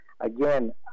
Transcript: Again